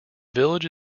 village